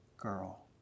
girl